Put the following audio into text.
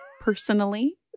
personally